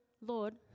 Lord